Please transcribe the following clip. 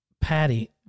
Patty